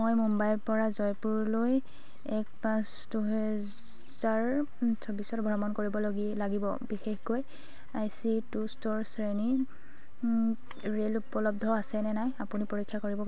মই মুম্বাইৰ পৰা জয়পুৰলৈ এক পাঁচ দুহেজাৰ চৌবিছত ভ্ৰমণ কৰিব লগি লাগিব বিশেষকৈ আই চি টু স্তৰ শ্ৰেণীত ৰে'ল উপলব্ধ আছেনে নাই আপুনি পৰীক্ষা কৰিব